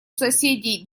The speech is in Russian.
соседей